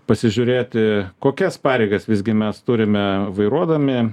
pasižiūrėti kokias pareigas visgi mes turime vairuodami